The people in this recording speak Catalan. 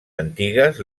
antigues